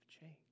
change